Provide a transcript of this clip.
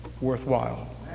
worthwhile